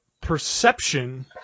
perception